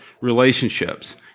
relationships